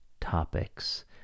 topics